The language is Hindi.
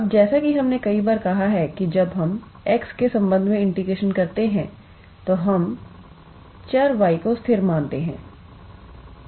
अब जैसा कि हमने कई बार कहा है कि जब हम x के संबंध में इंटीग्रेशन करते हैं तो हम चर y को स्थिर मानते हैं